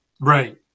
Right